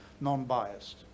non-biased